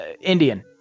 Indian